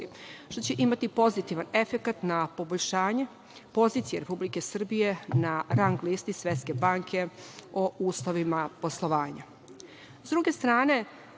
što će imati pozitivan efekat na poboljšanje pozicije Republike Srbije na rang listi Svetske banke o uslovima poslovanja.S